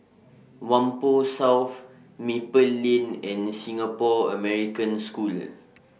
Whampoa South Maple Lane and Singapore American School